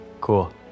Cool